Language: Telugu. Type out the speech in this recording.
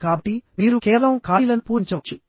కాబట్టి మీరు కేవలం ఖాళీలను పూరించవచ్చు